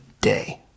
day